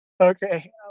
Okay